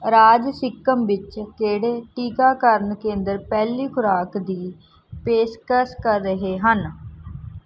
ਰਾਜ ਸਿੱਕਮ ਵਿੱਚ ਕਿਹੜੇ ਟੀਕਾਕਰਨ ਕੇਂਦਰ ਪਹਿਲੀ ਖੁਰਾਕ ਦੀ ਪੇਸ਼ਕਸ਼ ਕਰ ਰਹੇ ਹਨ